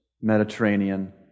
Mediterranean